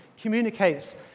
communicates